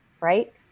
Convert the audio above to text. Right